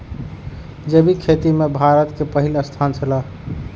जैविक खेती में भारत के पहिल स्थान छला